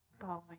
Following